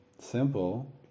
simple